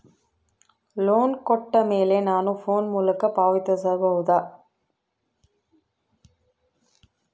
Loan ಕೊಟ್ಟ ಮೇಲೆ ನಾನು ಫೋನ್ ಮೂಲಕ ಪಾವತಿಸಬಹುದಾ?